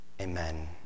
amen